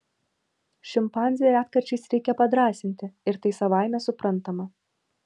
šimpanzę retkarčiais reikia padrąsinti ir tai savaime suprantama